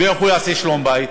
ואיך הוא יעשה שלום בית?